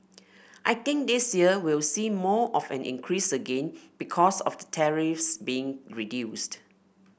I think this year we'll see more of an increase again because of the tariffs being reduced